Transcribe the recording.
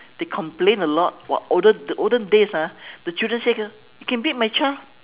they complain a lot while olden the olden days ah the children sick ah you can beat my child